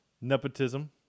nepotism